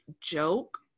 joke